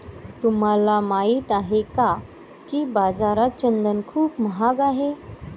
तुम्हाला माहित आहे का की बाजारात चंदन खूप महाग आहे?